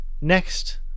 next